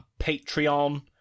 Patreon